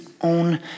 own